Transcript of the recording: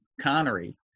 Connery